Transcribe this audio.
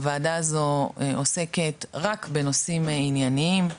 הוועדה הזו עוסקת רק בנושאים ענייניים,